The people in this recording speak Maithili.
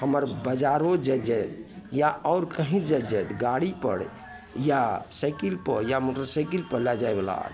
हमर बजारो जे जाए या आओर कही जे जाएत गाड़ी पर या साइकिल पर या मोटरसाइकिल पर लै जाए बला